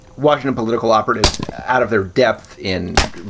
washington political operatives out of their depth in,